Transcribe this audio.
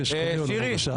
ויש קונה עולמו בשעה אחת.